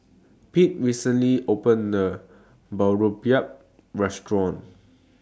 Pete recently opened A New Boribap Restaurant